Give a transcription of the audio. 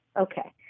Okay